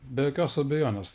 be jokios abejonės